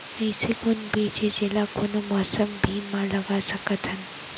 अइसे कौन बीज हे, जेला कोनो मौसम भी मा लगा सकत हन?